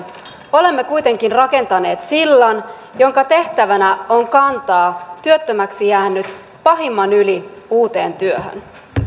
olemme kuitenkin rakentaneet sillan jonka tehtävänä on kantaa työttömäksi jäänyt pahimman yli uuteen työhön